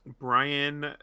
brian